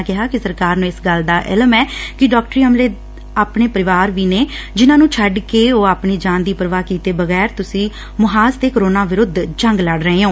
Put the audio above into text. ਉਨ੍ਹਾਂ ਕਿਹਾ ਕਿ ਸਰਕਾਰ ਨੂੰ ਇਸ ਗੱਲ ਦਾ ਇਲਮ ਐ ਕਿ ਡਾਕਟਰੀ ਅਮਲੇ ਦੇ ਆਪਣੇ ਪਰਿਵਾਰ ਵੀ ਨੇ ਜਿੰਨੂਾਂ ਨੂੰ ਛੱਡ ਕੇ ਆਪਣੀ ਜਾਨ ਦੀ ਪਰਵਾਹ ਕੀਤੇ ਬਗੈਰ ਤੁਸੀ ਮੁਹਾਜ਼ ਤੇ ਕਰੋਨਾ ਵਿਰੁੱਧ ਜੰਗ ਲੜ ਰਹੇ ਹੋ